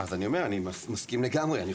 אז אני אומר, אני מסכים לגמרי.